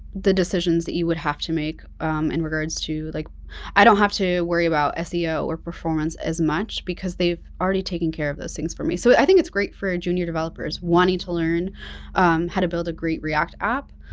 decisions that you would have to make in regards to like i don't have to worry about seo or performance as much, because they've already taken care of those things for me. so, i think it's great for ah junior developers wanting to learn how to build a great react app